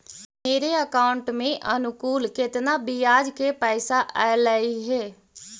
मेरे अकाउंट में अनुकुल केतना बियाज के पैसा अलैयहे?